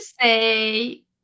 say